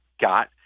got